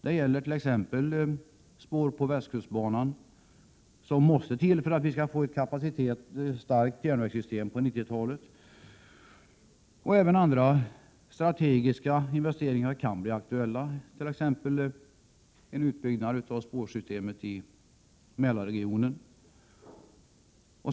Det gäller t.ex. spår på västkustbanan, som måste till för att vi skall få ett kapacitetsstarkt järnvägssystem på 1990-talet. Även andra strategiska investeringar kan bli aktuella, t.ex. en utbyggnad av spårsystemet i Mälarregionen.